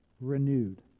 renewed